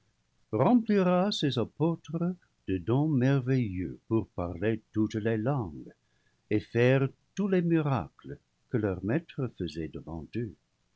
remplira ses apôtres de dons merveilleux pour parler toutes les langues et faire tous les miracles que leur maître faisait devant eux